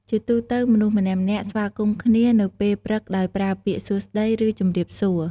ជាទូទៅ មនុស្សម្នាក់ៗស្វាគមន៍គ្នានៅពេលព្រឹកដោយប្រើពាក្យ "សួស្តី" ឬ "ជំរាបសួរ"។